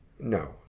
No